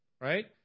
right